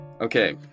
Okay